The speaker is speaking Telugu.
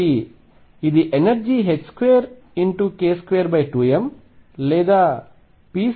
కాబట్టి ఇది ఎనర్జీ 2k22m లేదా p22m